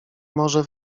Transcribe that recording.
może